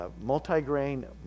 multi-grain